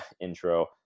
intro